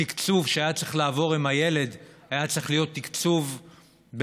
התקצוב שהיה צריך לעבור עם הילד היה צריך להיות תקצוב לפחות